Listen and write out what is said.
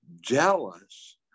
jealous